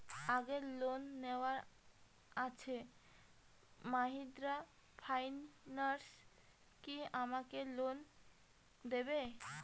আগের লোন নেওয়া আছে মাহিন্দ্রা ফাইন্যান্স কি আমাকে লোন দেবে?